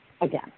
again